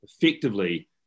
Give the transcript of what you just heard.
effectively